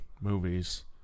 movies